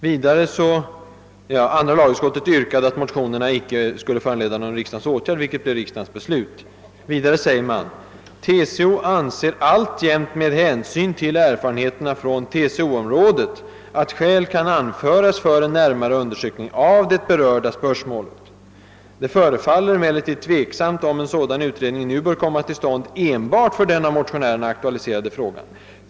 Andra lagutskottet yrkade att motionerna icke skulle föranleda någon riksdagens åtgärd, vilket blev riksdagens beslut.» Vidare heter det: »TCO anser alltjämt med hänsyn till erfarenheterna från TCO-området, att skäl kan anföras för en närmare undersökning av det berörda spörsmålet. Det förefaller emellertid tveksamt om en sådan utredning nu bör komma till stånd enbart för den av motionärerna aktualiserade frågan.